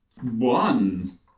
One